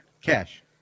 Cash